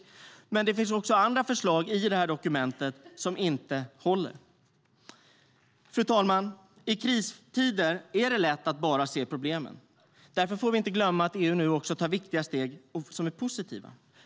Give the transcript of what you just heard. Men det finns också andra förslag i det här dokumentet som inte håller. Fru talman! I kristider är det lätt att bara se problemen. Därför får vi inte glömma att EU nu också tar viktiga steg som är positiva.